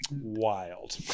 wild